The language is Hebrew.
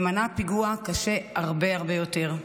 שמנע פיגוע קשה הרבה הרבה יותר,